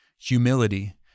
humility